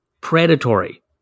predatory